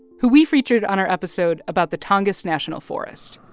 who we featured on our episode about the tongass national forest